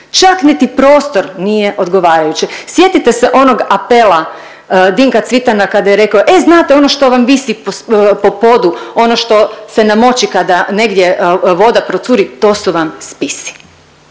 čak niti prostor nije odgovarajući. Sjetite se onog apela Dinka Cvitana kada je rekao e znate ono što vam visi po podu, ono što se namoči kada negdje voda procuri to su vam spisi.